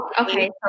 okay